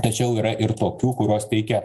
tačiau yra ir tokių kurios teikia